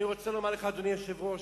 אני רוצה לומר לך, אדוני היושב-ראש,